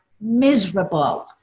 miserable